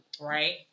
Right